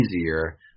easier